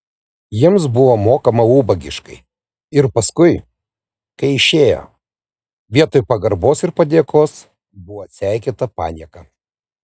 jiems buvo mokama ubagiškai ir paskui kai išėjo vietoj pagarbos ir padėkos buvo atseikėta panieka